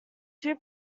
two